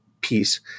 piece